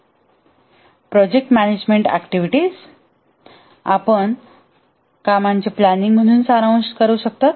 project management activities आपण कामांचे planning म्हणून सारांशित करू शकता